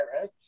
right